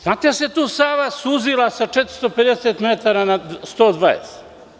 Znate da se tu Sava suzila sa 450 metara na 120?